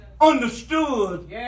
understood